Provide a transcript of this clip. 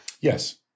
yes